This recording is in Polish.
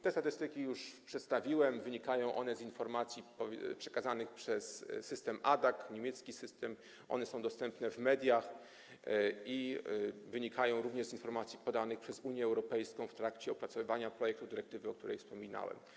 Te statystyki już przedstawiłem, wynikają one z informacji przekazanych przez system ADAC, niemiecki system, są one dostępne w mediach i wynikają również z informacji podanej przez Unię Europejską w trakcie opracowywania projektu dyrektywy, o której wspominałem.